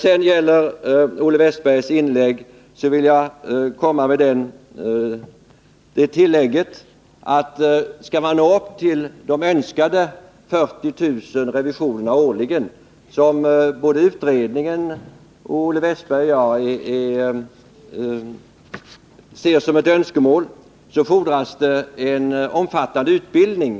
Till Olle Westberg vill jag säga att skall man nå upp till 40 000 revisioner årligen, vilket såväl utredningen som Olle Westberg och jag anser önskvärt, så fordras det en omfattande utbildning.